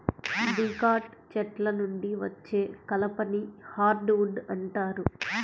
dicot చెట్ల నుండి వచ్చే కలపని హార్డ్ వుడ్ అంటారు